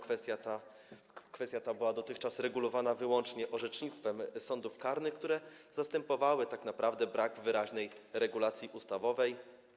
Kwestia ta była dotychczas regulowana wyłącznie orzecznictwem sądów karnych, które zastępowały tak naprawdę brak wyraźnej regulacji ustawowej.